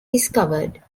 discovered